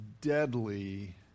deadly